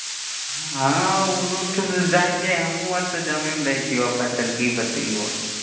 हँ ओ रूटसे जाए हिए हमहूँ आओर तऽ जामेमे रहै छिअऽ फसल कि बतैअऽ